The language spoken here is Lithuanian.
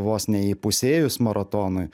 vos neįpusėjus maratonui